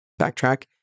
backtrack